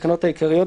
התקנות העיקריות),